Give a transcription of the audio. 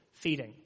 feeding